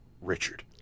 Richard